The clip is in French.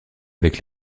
avec